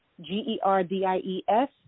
G-E-R-D-I-E-S